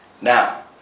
Now